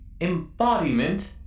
embodiment